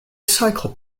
cycle